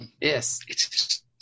Yes